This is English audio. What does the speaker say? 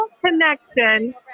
connection